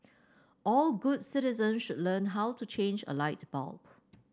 all good citizens should learn how to change a light bulb